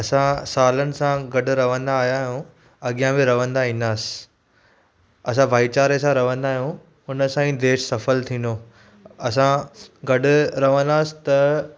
असां सालनि सां गॾु रहंदा आया आहियूं अॻियां बि गॾु रहंदा ईंदासीं असां भाईचारे सां रहंदा आहियूं हुनसां ई देश सफलु थींदो असां गॾु रहंदासीं त